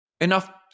Enough